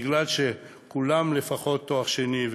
כי לכולם יש לפחות תואר שני,